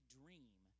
dream